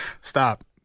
Stop